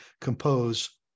compose